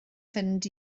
fynd